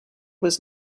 was